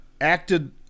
acted